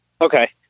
Okay